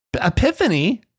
Epiphany